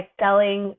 selling